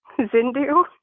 Zindu